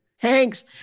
Thanks